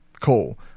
cool